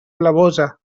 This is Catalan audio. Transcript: blavosa